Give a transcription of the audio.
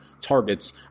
targets